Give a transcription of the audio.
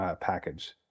package